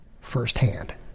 firsthand